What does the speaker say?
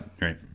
Right